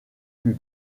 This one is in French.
plus